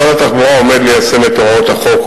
משרד התחבורה עומד ליישם את הוראות החוק,